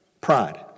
Pride